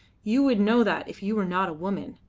you would know that if you were not a woman.